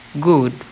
good